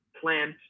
plant